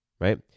right